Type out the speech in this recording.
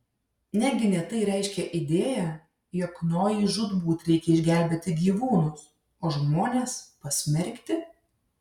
negi ne tai reiškia idėja jog nojui žūtbūt reikia išgelbėti gyvūnus o žmones pasmerkti